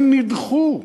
הם נדחו.